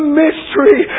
mystery